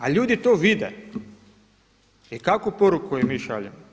A ljudi to vide i kakvu poruku im mi šaljemo?